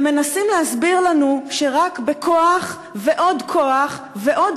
ומנסים להסביר לנו שרק בכוח ועוד כוח ועוד